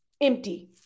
empty